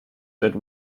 that